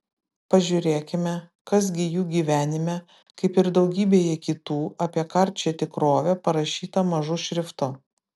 pažiūrėkime kas gi jų gyvenime kaip ir daugybėje kitų apie karčią tikrovę parašyta mažu šriftu